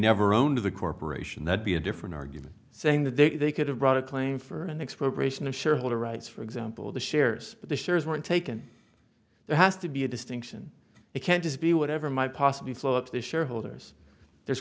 never owned the corporation that be a different argument saying that they they could have brought a claim for an expiration of shareholder rights for example the shares but the shares weren't taken there has to be a distinction it can't just be whatever might possibly flow up to shareholders there's